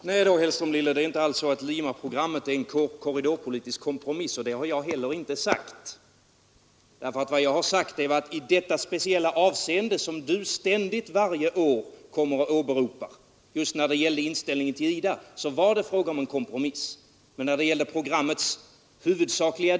Herr talman! Nej då, herr Hellström, det är inte alls så att Limaprogrammet är en korridorpolitisk kompromiss, och det har jag heller inte sagt. Vad jag har sagt är att i det speciella avseende som ni varje år åberopar när det gäller inställningen till IDA var det fråga om en kompromiss.